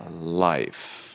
life